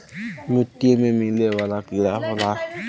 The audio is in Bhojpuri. मिट्टी में मिले वाला कीड़ा होला